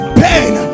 pain